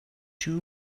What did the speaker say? two